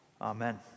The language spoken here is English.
Amen